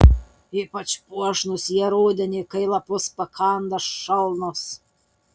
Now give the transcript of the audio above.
ypač puošnūs jie rudenį kai lapus pakanda šalnos